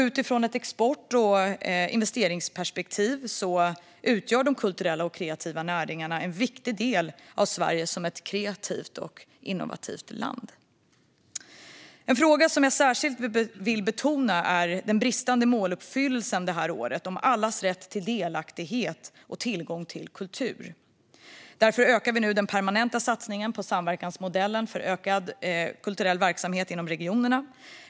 Ur ett export och investeringsperspektiv utgör de kulturella och kreativa näringarna en viktig del av Sverige som ett kreativt och innovativt land. En fråga som jag särskilt vill betona är att det är en bristande måluppfyllelse det här året gällande allas rätt till delaktighet och tillgång till kultur. Därför ökar vi nu den permanenta satsningen på samverkansmodellen för ökad kulturell verksamhet inom regionerna.